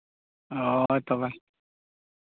ᱦᱳᱭ ᱛᱚᱵᱮ